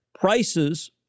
prices